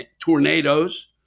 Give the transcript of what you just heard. tornadoes